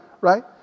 Right